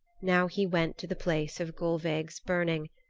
now he went to the place of gulveig's burning.